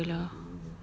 ya whatever lah